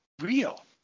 real